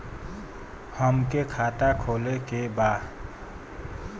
हमके खाता खोले के बा?